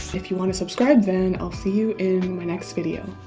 if you want to subscribe, then i'll see you in the next video.